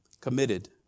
committed